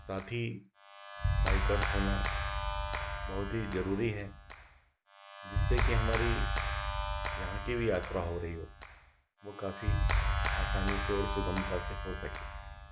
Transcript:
साथी बाइकर्स होना बहुत ही जरूरी है जिससे की हमारी जहाँ की भी यात्रा हो रही हो वो काफी आसानी से और सुगमता से हो सके